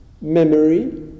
memory